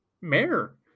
Mayor